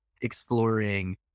exploring